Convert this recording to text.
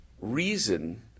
reason